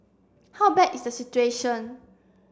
how bad is the situation